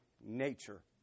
nature